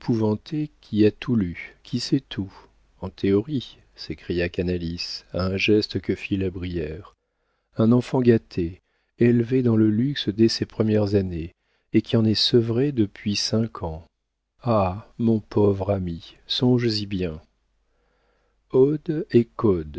qui a tout lu qui sait tout en théorie s'écria canalis à un geste que fit la brière un enfant gâté élevée dans le luxe dès ses premières années et qui en est sevrée depuis cinq ans ah mon pauvre ami songes-y bien ode et